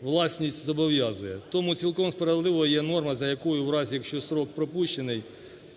власність зобов'язує, тому цілком справедливою є норма, за якою в разі, якщо строк пропущений,